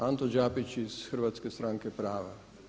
Anto Đapić iz Hrvatske stranke prava.